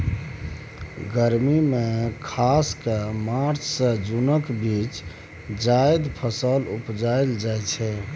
गर्मी मे खास कए मार्च सँ जुनक बीच जाएद फसल उपजाएल जाइ छै